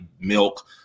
milk